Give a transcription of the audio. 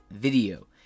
video